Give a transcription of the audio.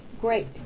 great